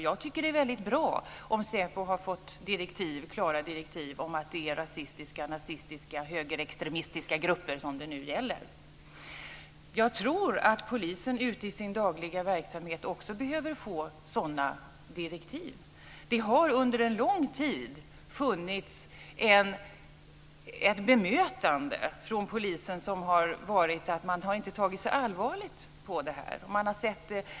Jag tycker att det är väldigt bra om säpo har fått klara direktiv om att det är rasistiska, nazistiska och högerextremistiska grupper som det nu gäller. Jag tror att polisen ute i sin dagliga verksamhet också behöver få sådana direktiv. Det har under en lång tid funnits ett bemötande från polisen som har inneburit att man inte har tagit så allvarligt på detta.